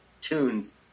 tunes